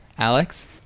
Alex